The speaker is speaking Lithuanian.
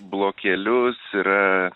blokelius yra